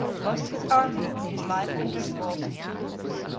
lost his army and his life under the walls of thoulouse.